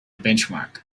benchmark